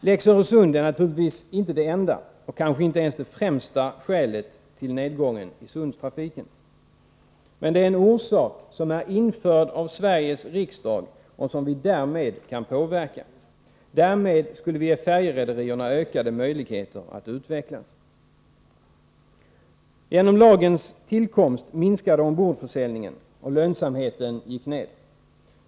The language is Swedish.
”Lex Öresund” är naturligtvis inte det enda — och kanske inte ens det främsta skälet — till nedgången i Öresundstrafiken. Men det är en orsak som är införd av Sveriges riksdag och som vi därmed kan påverka. Därigenom skulle vi ge färjerederierna ökade möjligheter att utvecklas. Genom lagens tillkomst minskade ombordförsäljningen och lönsamheten gick ned.